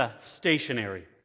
stationary